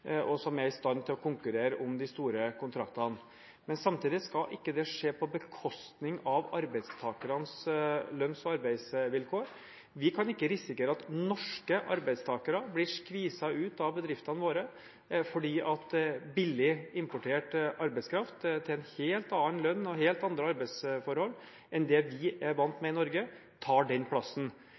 og i stand til å konkurrere om de store kontraktene. Samtidig skal ikke det skje på bekostning av arbeidstakernes lønns- og arbeidsvilkår. Vi kan ikke risikere at norske arbeidstakere blir skviset ut av bedriftene våre fordi billig importert arbeidskraft til en helt annen lønn og helt andre arbeidsforhold enn det vi er vant med i Norge, tar den plassen.